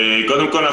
קודם כול,